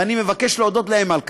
ואני מבקש להודות להם על כך.